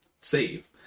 save